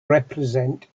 represent